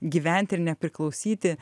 gyventi ir nepriklausyti